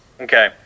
Okay